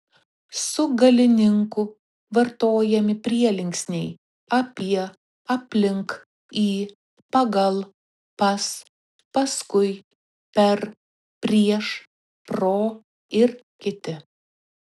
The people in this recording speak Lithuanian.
su galininku vartojami prielinksniai apie aplink į pagal pas paskui per prieš pro ir kiti